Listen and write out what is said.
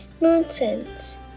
nonsense